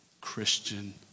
Christian